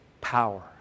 power